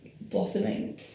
blossoming